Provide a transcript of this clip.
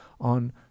on